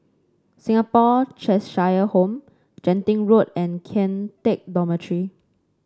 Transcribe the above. Singapore Cheshire Home Genting Road and Kian Teck Dormitory